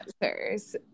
answers